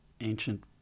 ancient